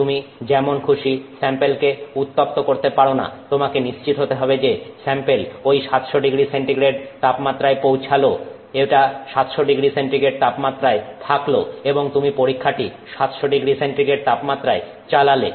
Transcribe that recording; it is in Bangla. তুমি যেমন খুশি স্যাম্পেলকে উত্তপ্ত করতে পারো না তোমাকে নিশ্চিত হতে হবে যে স্যাম্পেল ঐ 700ºC তাপমাত্রায় পৌঁছালো এটা 700ºC তাপমাত্রায় থাকলো এবং তুমি পরীক্ষাটি 700ºC তাপমাত্রায় চালালে